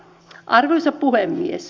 arvoisa puhemies